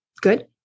Good